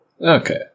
Okay